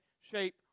shape